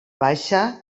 baixa